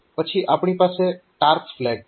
પછી આપણી પાસે ટાર્પ ફ્લેગ છે